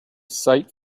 sight